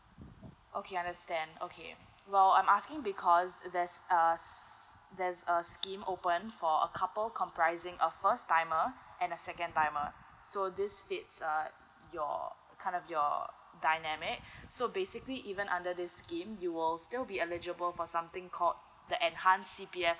okay understand okay well I'm asking because there's a us there's a scheme open for a couple comprising of first timer and the second timer so this fits err your kind of your dynamic so basically even under this scheme you will still be eligible for something called the enhance C_P_F